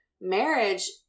marriage